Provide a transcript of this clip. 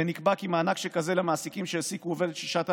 ונקבע כי מענק שכזה למעסיקים שהעסיקו עובדת ששהתה